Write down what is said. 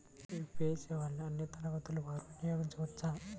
UPI సేవలని అన్నీ తరగతుల వారు వినయోగించుకోవచ్చా?